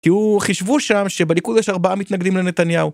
כי הוא, חישבו שם שבליכוד יש ארבעה מתנגדים לנתניהו.